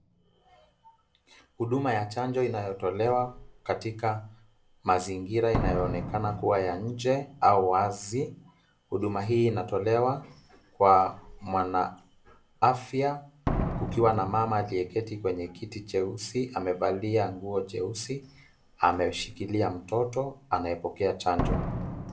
Huduma ya chanjo inayotolewa katika mazingira inayoonekana kuwa ya nje au wazi. Huduma hii inatolewa kwa mwanaafya kukiwa na mama aliyeketi kwenye kiti cheusi amevalia nguo cheusi, ameshikilia mtoto anayepokea chanjo.